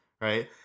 right